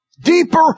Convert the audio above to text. deeper